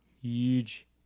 Huge